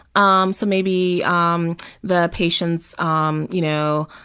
um so maybe um the patients, um you know,